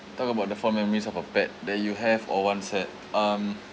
talk about the fond memories of a pet that you have or once had um